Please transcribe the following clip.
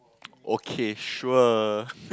okay sure